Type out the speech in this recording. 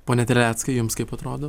pone terleckai jums kaip atrodo